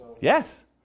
Yes